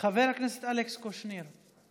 חבר הכנסת אלכס קושניר,